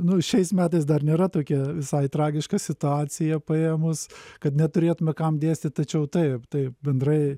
u šiais metais dar nėra tokia visai tragiška situacija paėmus kad neturėtume kam dėstyti tačiau taip taip bendrai